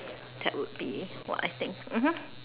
that would be what I think mmhmm